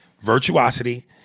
Virtuosity